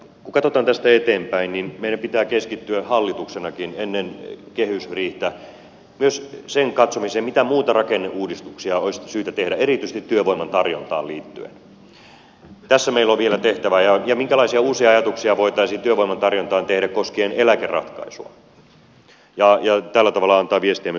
kun katsotaan tästä eteenpäin niin meidän pitää keskittyä hallituksenakin ennen kehysriihtä myös sen katsomiseen mitä muita rakenneuudistuksia olisi syytä tehdä erityisesti työvoiman tarjontaan liittyen tässä meillä on vielä tehtävää ja minkälaisia uusia ajatuksia voitaisiin työvoiman tarjontaan tehdä koskien eläkeratkaisua ja tällä tavalla antaa viestiä myös työmarkkinapöytään